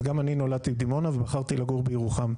גם אני נולדתי בדימונה ובחרתי לגור בירוחם,